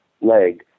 leg